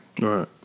Right